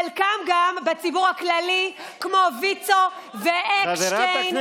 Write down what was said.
חלקם גם בציבור הכללי, כמו ויצ"ו ואקשטיין,